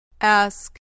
Ask